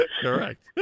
Correct